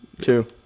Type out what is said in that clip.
two